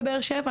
בבאר שבע.